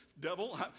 devil